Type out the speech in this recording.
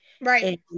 Right